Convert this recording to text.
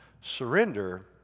surrender